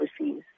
overseas